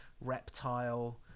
Reptile